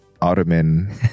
Ottoman